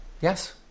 Yes